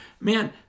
man